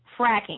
fracking